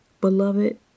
Beloved